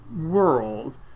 world